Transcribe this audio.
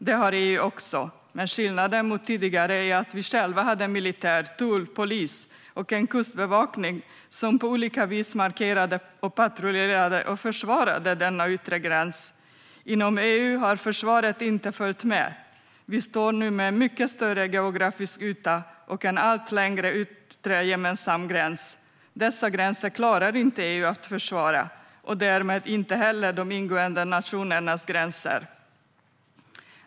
Det har EU också, men skillnaden mot tidigare är att vi i Sverige själva hade militär, tull, polis och kustbevakning som på olika vis markerade, patrullerade och försvarade denna yttre gräns. Inom EU har försvaret inte följt med. Vi står nu med en mycket större geografisk yta och en allt längre yttre gemensam gräns. Dessa gränser klarar inte EU att försvara och därmed inte heller de ingående nationernas gränser.